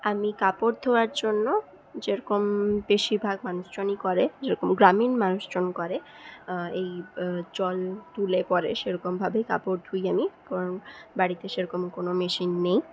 আমি কাপড় ধোয়ার জন্য যেরকম বেশিরভাগ মানুষজনই করে যেরকম গ্রামীণ মানুষজন করে এই বা জল তুলে করে সেরকম ভাবেই কাপড় ধুই আমি কারণ বাড়িতে সেরকম কোনো মেশিন নেই